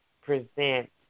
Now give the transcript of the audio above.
present